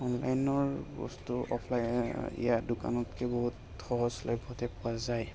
অনলাইনৰ বস্তু অফলাইন ইয়াত দোকানতকৈ বহুত সহজলভ্যতে পোৱা যায়